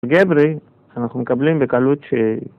גברי, אנחנו מקבלים בקלות ש...